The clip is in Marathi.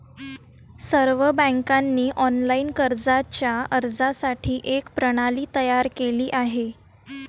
सर्व बँकांनी ऑनलाइन कर्जाच्या अर्जासाठी एक प्रणाली तयार केली आहे